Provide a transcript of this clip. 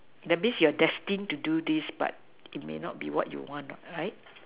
that means you're destined to do this but it may not be what you want right